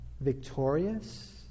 victorious